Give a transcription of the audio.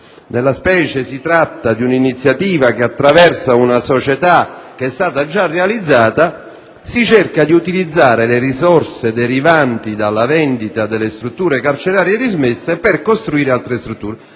Nella specie, si tratta di un'iniziativa che riguarda una società che è già stata realizzata; si cerca di utilizzare le risorse derivanti dalla vendita delle strutture carcerarie dismesse per costruirne altre. Si tratta